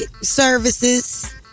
services